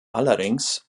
allerdings